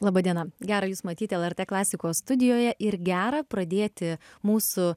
laba diena gera jus matyti lrt klasikos studijoje ir gera pradėti mūsų